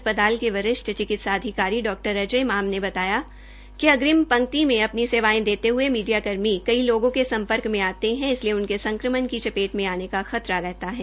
अस्पताल के वरिष्ठ चिक्तिसा अधिकारी डॉ अजय माम ने बताया कि अग्रिम पंक्ति में अपनी सेवायें देते हये मीडिया कर्मी कई लोगों के सम्पर्क में आते है इसलिए उनके संक्रमण की चपेट में आने का खतरा रहता है